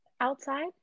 outside